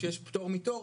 כשיש פטור מתור,